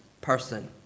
person